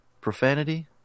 profanity